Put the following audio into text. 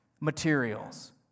materials